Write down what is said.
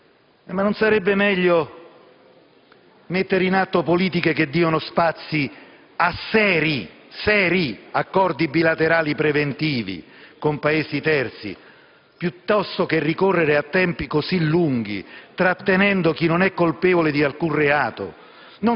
Non sarebbe meglio mettere in atto politiche che diano spazio a seri accordi bilaterali preventivi con Paesi terzi piuttosto che ricorrere a tempi così lunghi, trattenendo chi non è colpevole di alcun reato?